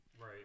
Right